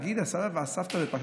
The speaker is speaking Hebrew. להגיד הסבא והסבתא,